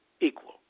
Equal